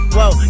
Whoa